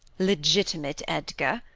legitimate edgar,